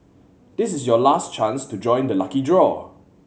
this is your last chance to join the lucky draw